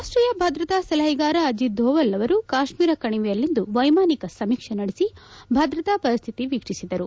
ರಾಷ್ಷೀಯ ಭದ್ರತಾ ಸಲಹೆಗಾರ ಅಜಿತ್ ದೋವಲ್ ಅವರು ಕಾಶ್ಸೀರ ಕಣಿವೆಯಲ್ಲಿಂದು ವೈಮಾನಿಕ ಸಮೀಕ್ಷೆ ನಡೆಸಿ ಭದ್ರತಾ ಪರಿಸ್ವಿತಿ ವೀಕ್ಷಿಸಿದರು